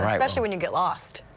especially when you get lost.